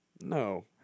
No